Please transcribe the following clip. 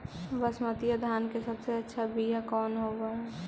बसमतिया धान के सबसे अच्छा बीया कौन हौब हैं?